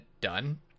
done